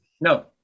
No